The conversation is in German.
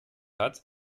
hat